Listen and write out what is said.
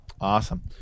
Awesome